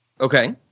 Okay